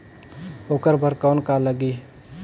ओकर बर कौन का लगी?